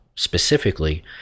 Specifically